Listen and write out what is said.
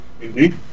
Indeed